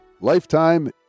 lifetime